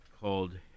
called